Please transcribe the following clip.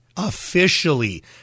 officially